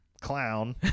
clown